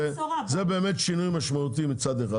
זה באמת שינוי משמעותי מצד אחד.